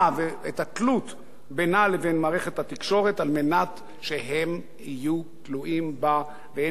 בינה לבין מערכת התקשורת על מנת שהם יהיו תלויים בה והם יאכלו מידיה.